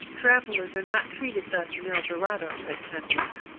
travellers are not treated thus in el dorado, said candide.